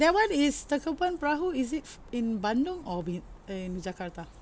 that one is tangkuban perahu is it in bandung or in in jakarta